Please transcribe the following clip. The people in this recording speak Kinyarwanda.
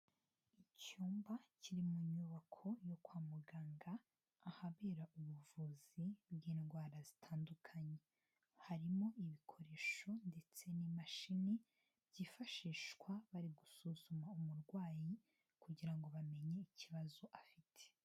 Icyumba kiri mu nyubako yo kwa muganga ahabera ubuvuzi bw'indwara zitandukanye, harimo ibikoresho ndetse n'imashini byifashishwa bari gusuzuma umurwayi kugira ngo bamenye ikibazo afite.